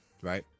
right